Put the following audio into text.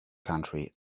country